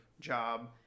job